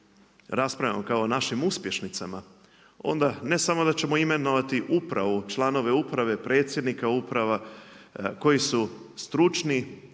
raspravljamo kao našim uspješnicama onda ne samo da ćemo imenovati upravu, članove uprave, predsjednika uprava koji su stručni,